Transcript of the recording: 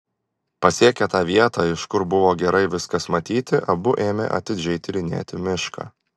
pasiekę tą vietą iš kur buvo gerai viskas matyti abu ėmė atidžiai tyrinėti mišką